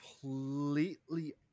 completely